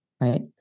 right